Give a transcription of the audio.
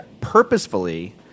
purposefully